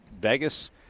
vegas